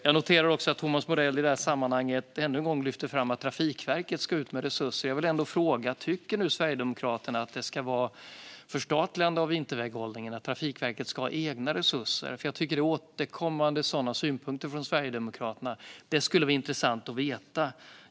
Jag noterar också att Thomas Morell i detta sammanhang ännu en gång lyfter fram att Trafikverket ska ut med resurser. Jag vill ändå fråga: Tycker Sverigedemokraterna nu att vinterväghållningen ska förstatligas och att Trafikverket ska ha egna resurser? Jag hör återkommande sådana synpunkter från Sverigedemokraterna. Det skulle vara intressant att veta.